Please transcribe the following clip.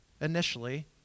Initially